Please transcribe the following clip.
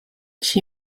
she